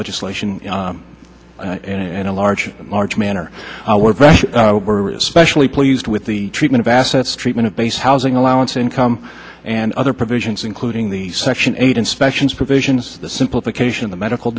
legislation in a large large manner specially pleased with the treatment of assets treatment of base housing allowance income and other provisions including the section eight inspections provisions the simplification of the medical